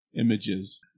images